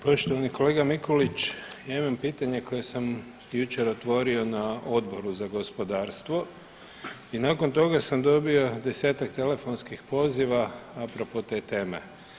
Poštovani kolega Mikulić, ja imam pitanje koje sam jučer otvorio na Odboru za gospodarstvo i nakon toga sam dobio 10-tak telefonskih poziva apropo te teme.